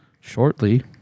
Shortly